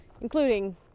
including